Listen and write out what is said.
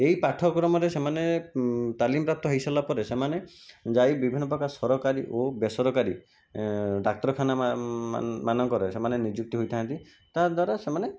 ଏହି ପାଠ୍ୟକ୍ରମ ରେ ସେମାନେ ତାଲିମ୍ ପ୍ରାପ୍ତ ହୋଇସାରିଲା ପରେ ସେମାନେ ଯାଇ ବିଭିନ୍ନ ପ୍ରକାର ସରକାରୀ ଓ ବେସରକାରୀ ଡାକ୍ତରଖାନା ମାନଙ୍କରେ ସେମାନେ ନିଯୁକ୍ତି ହେଇଥାନ୍ତି ତାଦ୍ଵାରା ସେମାନେ